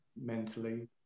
mentally